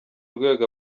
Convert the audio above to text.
urwego